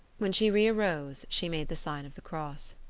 when she rearose she made the sign of the cross.